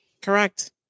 Correct